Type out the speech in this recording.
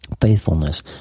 faithfulness